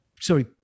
sorry